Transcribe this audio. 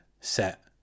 set